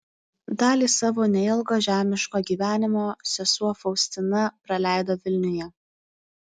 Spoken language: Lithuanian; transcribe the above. dalį savo neilgo žemiško gyvenimo sesuo faustina praleido vilniuje